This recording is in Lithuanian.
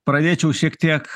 pradėčiau šiek tiek